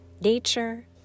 nature